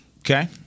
Okay